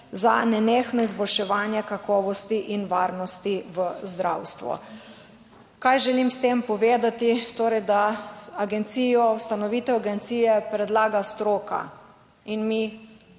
za nenehno izboljševanje kakovosti in varnosti v zdravstvu". Kaj želim s tem povedati? Torej, da agencijo, ustanovitev agencije predlaga stroka in mi